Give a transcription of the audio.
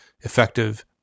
Effective